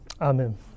amen